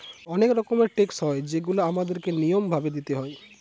অনেক রকমের ট্যাক্স হয় যেগুলা আমাদের কে নিয়ম ভাবে দিইতে হয়